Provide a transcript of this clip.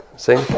See